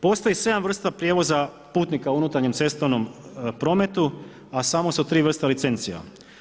Postoji 7 vrsta prijevoza putnika u unutarnjem cestovnom prometu a samo su 3 vrste licencija.